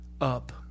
up